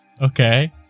Okay